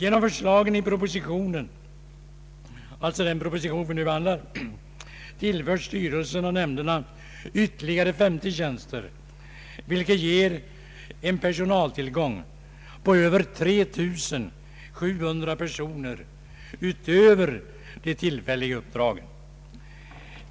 Genom förslagen i den proposition vi nu behandlar tillförs styrelsen och nämnderna ytterligare 50 tjänster, vilket ger en personaltillgång på över 3 700 personer, utöver de tillfälliga uppdragen.